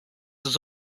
his